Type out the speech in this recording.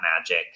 magic